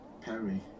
Perry